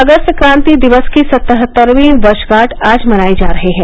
अगस्त क्रांति दिवस की सतहत्तरवीं वर्षगांठ आज मनाई जा रही है